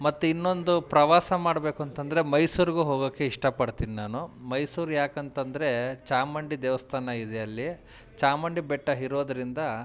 ಮತ್ತು ಇನ್ನೊಂದು ಪ್ರವಾಸ ಮಾಡಬೇಕು ಅಂತಂದರೆ ಮೈಸೂರಿಗೂ ಹೋಗೋಕ್ಕೆ ಇಷ್ಟಪಡ್ತೀನಿ ನಾನು ಮೈಸೂರು ಯಾಕಂತಂದರೆ ಚಾಮುಂಡಿ ದೇವಸ್ಥಾನ ಇದೆ ಅಲ್ಲಿ ಚಾಮುಂಡಿ ಬೆಟ್ಟ ಇರೋದ್ರಿಂದ